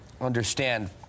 understand